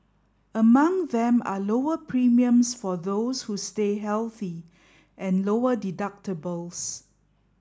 among them are lower premiums for those who stay healthy and lower deductibles